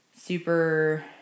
super